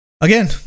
Again